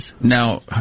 Now